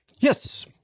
yes